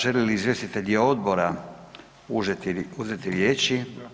Želi li izvjestitelji odbora uzeti riječi?